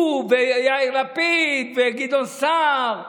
הוא ויאיר לפיד וגדעון סער,